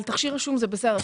על תכשיר רשום זה בסדר,